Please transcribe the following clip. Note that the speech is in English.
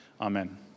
amen